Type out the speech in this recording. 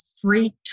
free